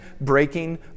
breaking